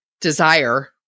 desire